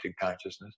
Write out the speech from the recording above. consciousness